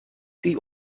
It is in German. sie